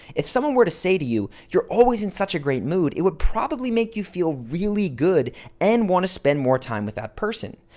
if someone were to say to you, you're always in such a great mood, it would probably make you feel really good and want to spend more time with that person.